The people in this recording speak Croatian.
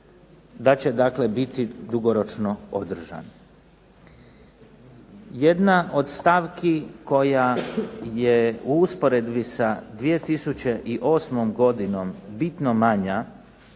da će dakle biti dugoročno održan. Jedna od stavki koja je u usporedbi sa 2008. godinom bitno manja,